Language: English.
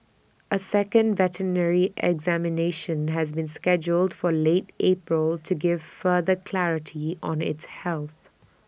A second veterinary examination has been scheduled for late April to give further clarity on its health